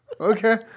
okay